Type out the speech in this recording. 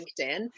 linkedin